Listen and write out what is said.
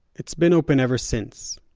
it's been open ever since,